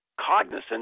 cognizant